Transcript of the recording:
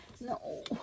No